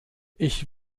ich